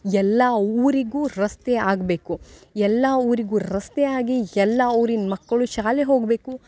ಎಲ್ಲ ಊರಿಗೂ ರಸ್ತೆ ಆಗಬೇಕು ಎಲ್ಲ ಊರಿಗೂ ರಸ್ತೆ ಆಗಿ ಎಲ್ಲ ಊರಿನ ಮಕ್ಕಳು ಶಾಲೆಗೆ ಹೋಗಬೇಕು